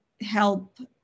help